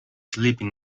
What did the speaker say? sleeping